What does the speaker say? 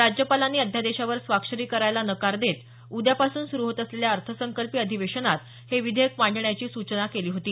राज्यपालांनी अध्यादेशावर स्वाक्षरी करायला नकार देत उद्यापासून सुरु होत असलेल्या अर्थसंकल्पीय अधिवेशनात हे विधेयक मांडण्याची सूचना केली होती